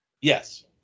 Yes